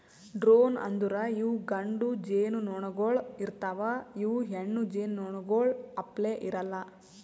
drone ಅಂದುರ್ ಇವು ಗಂಡು ಜೇನುನೊಣಗೊಳ್ ಇರ್ತಾವ್ ಇವು ಹೆಣ್ಣು ಜೇನುನೊಣಗೊಳ್ ಅಪ್ಲೇ ಇರಲ್ಲಾ